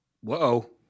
Whoa